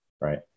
right